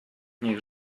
niech